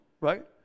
right